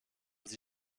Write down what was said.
sie